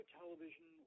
television